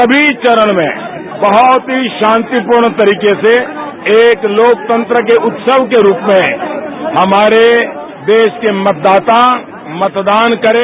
सभी चरण में बहुत ही शांतिपूर्ण तरीके से एक लोकतंत्र के उत्सव के रूप में हमारे देश के मतदाता मतदान करें